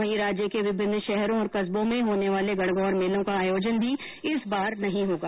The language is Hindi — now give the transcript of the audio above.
वहीं राज्य के विभिन्न शहरों और कस्बों में होने वाले गणगौर मेलों का आयोजन भी इस बार नहीं होगा